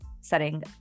setting